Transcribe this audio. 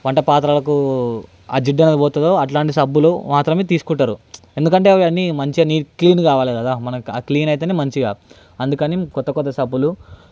వంటపాత్రలకు ఆ జిడ్డు అనేది పోతుందో అట్లాంటి సబ్బులు మాత్రమే తీసుకుంటారు ఎందుకంటే అవన్నీ మంచిగా నీ క్లీన్గా కావాలి కదా మనకు ఆ క్లిన్ అయితేనే మంచిగా అందుకని కొత్త కొత్త సబ్బులు